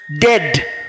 dead